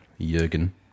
Jurgen